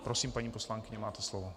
Prosím, paní poslankyně, máte slovo.